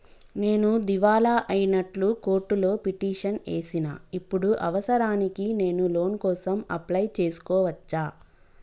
నేను దివాలా అయినట్లు కోర్టులో పిటిషన్ ఏశిన ఇప్పుడు అవసరానికి నేను లోన్ కోసం అప్లయ్ చేస్కోవచ్చా?